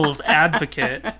advocate